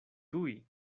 tuj